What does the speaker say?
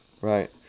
Right